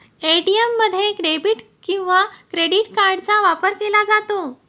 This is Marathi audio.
ए.टी.एम मध्ये डेबिट किंवा क्रेडिट कार्डचा वापर केला जातो